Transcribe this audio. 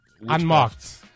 unmarked